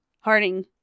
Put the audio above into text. Harding